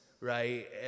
right